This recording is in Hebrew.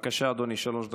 בבקשה, אדוני, שלוש דקות.